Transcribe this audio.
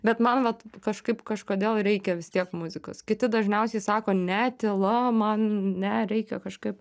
bet man vat kažkaip kažkodėl reikia vis tiek muzikos kiti dažniausiai sako ne tyla man ne reikia kažkaip